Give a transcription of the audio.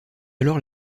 alors